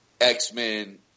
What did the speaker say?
X-Men